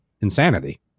insanity